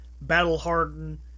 battle-hardened